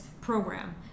program